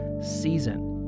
season